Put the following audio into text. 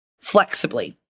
flexibly